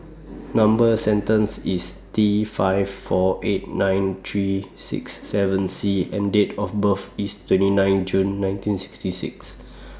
Number sequence IS T five four eight nine three six seven C and Date of birth IS twenty nine June nineteen sixty six